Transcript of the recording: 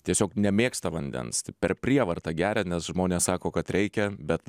tiesiog nemėgsta vandens tai per prievartą geria nes žmonės sako kad reikia bet